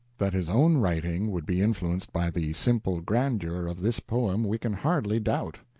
that his own writing would be influenced by the simple grandeur of this poem we can hardly doubt.